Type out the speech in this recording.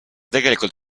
tegelikult